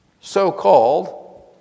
so-called